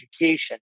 education